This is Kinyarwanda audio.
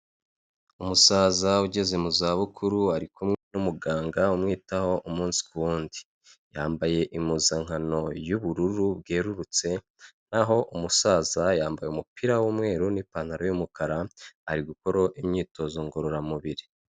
Umusaza ugeze mu zabukuru ari kumwe n'umuganga umwitaho umunsi ku wundi, yambaye impuzankano y'ubururu bwerurutse, naho umusaza yambaye umupira w'umweru n'ipantaro y'umukara ari gukora imyitozo ngororamubiri.